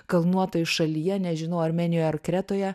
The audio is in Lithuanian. kalnuotoj šalyje nežinau armėnijoj ar kretoje